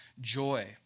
joy